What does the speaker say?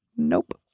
nope.